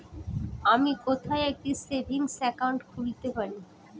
আমি কোথায় একটি সেভিংস অ্যাকাউন্ট খুলতে পারি?